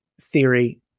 theory